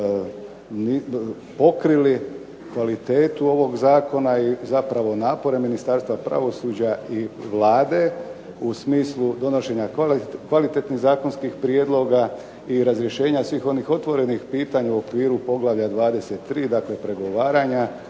pokrili kvalitetu ovog zakona i zapravo napore Ministarstva pravosuđa i Vlade u smislu donošenja kvalitetnih zakonskih prijedloga i razrješenja svih onih otvorenih pitanja u okviru poglavlja 23, pregovaranja.